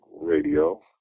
radio